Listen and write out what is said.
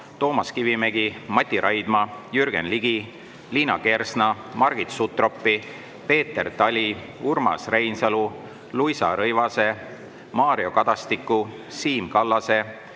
Toomas Kivimägi, Mati Raidma, Jürgen Ligi, Liina Kersna, Margit Sutropi, Peeter Tali, Urmas Reinsalu, Luisa Rõivase, Mario Kadastiku, Siim Kallase,